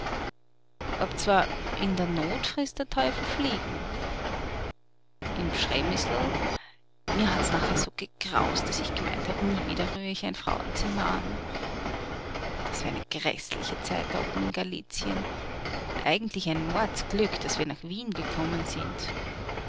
obzwar in der not frißt der teufel fliegen in przemysl mir hat's nachher so gegraust daß ich gemeint hab nie wieder rühr ich ein frauenzimmer an das war eine gräßliche zeit da oben in galizien eigentlich ein mordsglück daß wir nach wien gekommen sind